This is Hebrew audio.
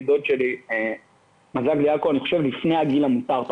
דוד שלי מזג לי אלכוהול לפני הגיל המותר,